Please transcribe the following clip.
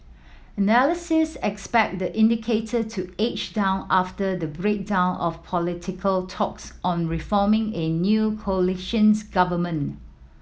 analysis expect the indicator to edge down after the breakdown of political talks on reforming a new coalitions government